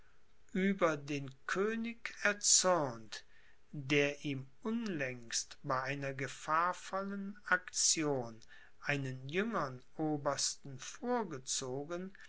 ueber den könig erzürnt der ihm unlängst bei einer gefahrvollen aktien einen jüngern obersten vorgezogen